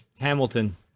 Hamilton